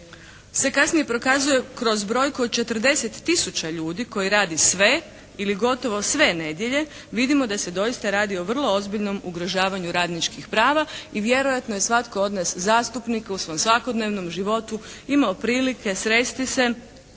se kasnije prokazuje kroz brojku od 40 tisuća ljudi koji radi sve ili gotovo sve nedjelje vidimo da se doista radi o vrlo ozbiljnom ugrožavanju radničkih prava i vjerojatno je svatko od nas zastupnika u svom svakodnevnom životu imao prilike sresti se